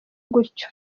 gutyo